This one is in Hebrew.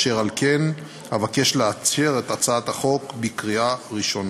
אשר על כן, אבקש לאשר את הצעת החוק בקריאה ראשונה.